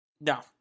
No